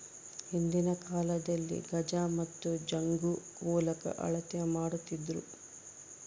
ಹಿಂದಿನ ಕಾಲದಲ್ಲಿ ಗಜ ಮತ್ತು ಜಂಗು ಮೂಲಕ ಅಳತೆ ಮಾಡ್ತಿದ್ದರು